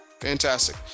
fantastic